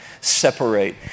separate